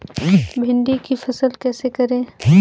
भिंडी की फसल कैसे करें?